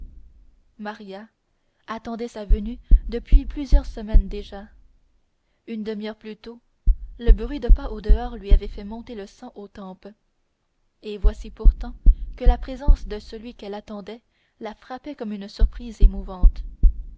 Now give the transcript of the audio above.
maria attendait sa venue depuis plusieurs semaines déjà une demi-heure plus tôt le bruit de pas au dehors lui avait fait monter le sang aux tempes et voici pourtant que la présence de celui qu'elle attendait la frappait comme une surprise émouvante